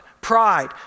pride